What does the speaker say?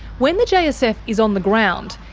when the jsf is on the ground,